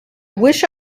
wish